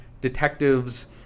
detectives